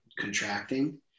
contracting